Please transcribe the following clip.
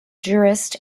jurist